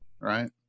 right